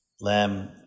lamb